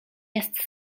jest